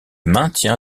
maintien